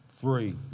Three